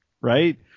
right